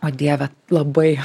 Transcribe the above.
o dieve labai